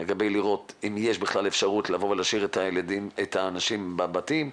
לראות אם יש אפשרות להשאיר את האנשים בבתים,